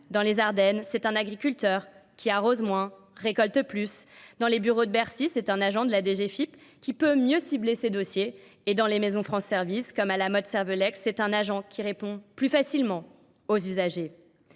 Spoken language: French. dans les Ardennes, c'est un agriculteur qui arrose moins, récolte plus. Dans les bureaux de Bercy, c'est un agent de la DGFIP qui peut mieux cibler ses dossiers. Et dans les Maisons France Service, comme à la mode Cervelex, c'est un agent qui répond plus facilement aux usagers.